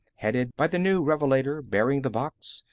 headed by the new revelator bearing the box,